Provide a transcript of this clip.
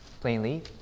plainly